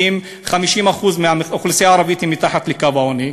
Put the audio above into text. כי 50% מהאוכלוסייה הערבית מתחת לקו העוני,